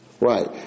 Right